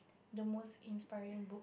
the most inspiring